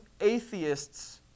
atheists